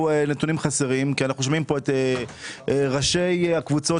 נתונים חסרים כי אנחנו שומעים פה את ראשי הקבוצות